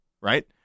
right